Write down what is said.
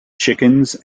chickens